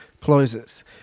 closes